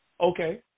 Okay